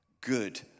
good